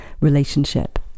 relationship